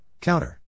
Counter